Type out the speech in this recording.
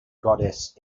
goddess